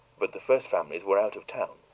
but the first families were out of town,